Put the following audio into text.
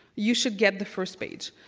you should get the first page.